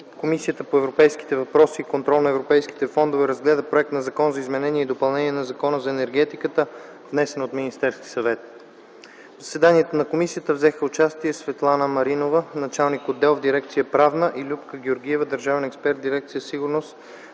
Комисията по европейските въпроси и контрол на европейските фондове разгледа проект на Закон за изменение и допълнение на Закона за енергетиката, внесен от Министерския съвет. В заседанието на комисията взеха участие: Светлана Маринова – началник на отдел в дирекция „Правна”, и Любка Георгиева – държавен експерт в дирекция „Сигурност